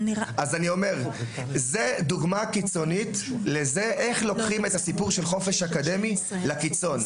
זה דוגמה קיצונית איך לוקחים את הסיפור של החופש האקדמי לקיצון.